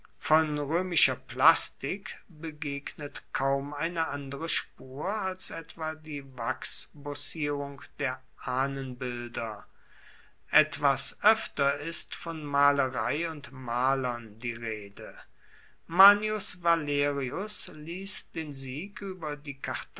von roemischer plastik begegnet kaum eine andere spur als etwa die wachsbossierung der ahnenbilder etwas oefter ist von malerei und malern die rede manius valerius liess den sieg ueber die